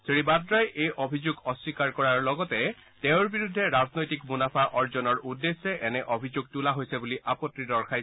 শ্ৰী বাদ্ৰাই এই অভিযোগ অস্নীকাৰ কৰাৰ লগতে তেওঁৰ বিৰুদ্ধে ৰাজনৈতিক মুনাফা অৰ্জনৰ উদ্দেশ্যে এনে অভিযোগ তোলা হৈছে বুলি আপত্তি দৰ্শায়